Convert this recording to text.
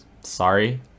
sorry